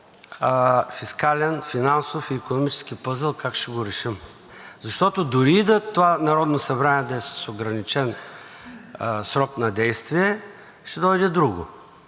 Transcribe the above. фискален, финансов и икономически пъзел как ще го решим. Защото дори и това Народно събрание да е с ограничен срок на действие, ще дойде друго,